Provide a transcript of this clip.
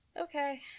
Okay